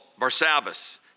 Barsabbas